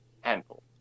Handful